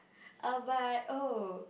uh but oh